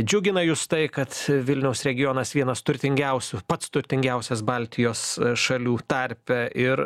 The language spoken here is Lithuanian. džiugina jus tai kad vilniaus regionas vienas turtingiausių pats turtingiausias baltijos šalių tarpe ir